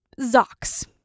Zox